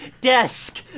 desk